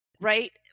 Right